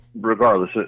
Regardless